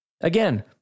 Again